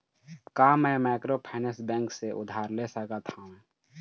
का मैं microfinance bank से उधार ले सकत हावे?